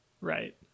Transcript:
right